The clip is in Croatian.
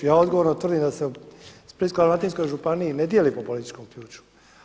Ja odgovorno tvrdim da se u Splitsko-dalmatinskoj županiji ne dijeli po političkom ključu.